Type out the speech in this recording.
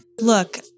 Look